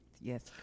Yes